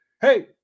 Hey